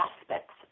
aspects